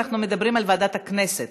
אנחנו מדברים על ועדת הכנסת,